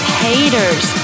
haters